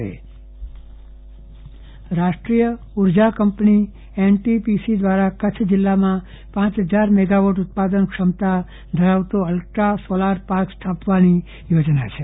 Chandravadan Pattani ultra mega solar plan રાષ્ટ્રીય ઉર્જા કંપની એનટીપીસી દ્વારા કચ્છ જિલ્લામાં પાંચ હજાર મેગાવોટ ઉત્પાદન ક્ષમતા ધરાવતો અલ્ટ્રા સોલાર પાર્ક સ્થાપવાની યોજના છે